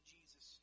Jesus